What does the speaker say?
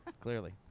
clearly